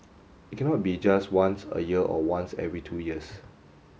it cannot be just once a year or once every two years